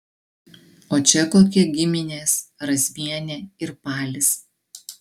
o čia kokie giminės razmienė ir palis